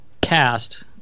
cast